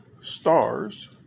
Stars